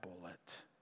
bullet